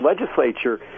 legislature